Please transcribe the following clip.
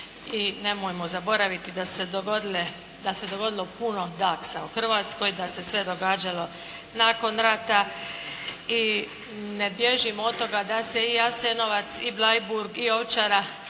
i nemojmo zaboraviti da se dogodilo puno …/Govornik se ne razumije./… u Hrvatskoj, da se sve događalo nakon rata. I ne bježim od toga da se i Jasenovac i Bleiburg i Ovčara